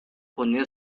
poner